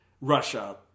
Russia